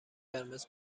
قرمز